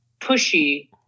pushy